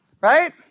right